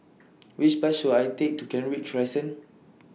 Which Bus should I Take to Kent Ridge Crescent